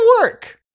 work